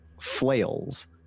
flails